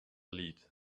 lead